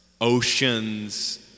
oceans